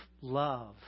love